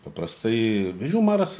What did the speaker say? paprastai vėžių maras